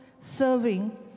Serving